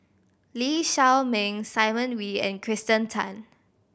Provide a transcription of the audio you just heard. Lee Shao Meng Simon Wee and Kirsten Tan